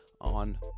on